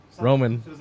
Roman